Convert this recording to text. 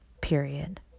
period